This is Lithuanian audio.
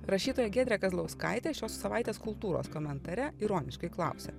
rašytoja giedrė kazlauskaitė šios savaitės kultūros komentare ironiškai klausia